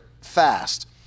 fast